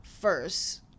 first